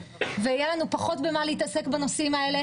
ויהיה לנו פחות במה להתעסק בנושאים האלה